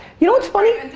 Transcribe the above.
you know what's funny